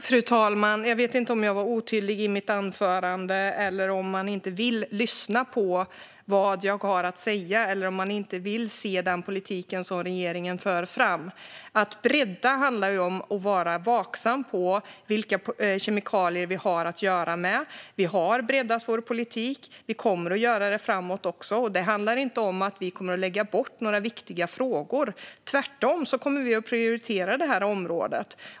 Fru talman! Jag vet inte om jag var otydlig i mitt anförande eller om man inte vill lyssna på vad jag sa eller inte vill se den politik som regeringen för fram. Att bredda handlar om att vara vaksam på vilka kemikalier vi har att göra med. Vi har breddat vår politik, och vi kommer att göra det också framöver. Det handlar inte om att vi kommer att lägga undan viktiga frågor. Tvärtom kommer vi att prioritera området.